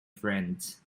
friends